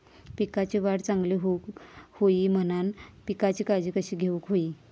पिकाची वाढ चांगली होऊक होई म्हणान पिकाची काळजी कशी घेऊक होई?